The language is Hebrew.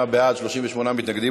28 בעד, 38 מתנגדים.